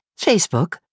Facebook